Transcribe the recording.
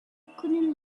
couldn’t